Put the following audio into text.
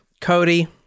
Cody